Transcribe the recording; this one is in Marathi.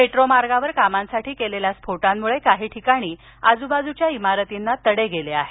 मेट्रो मार्गावर कामांसाठी केलेल्या स्फोटांमुळे काही ठिकाणी आजूबाजूच्या इमारतींना तडे गेले आहेत